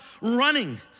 running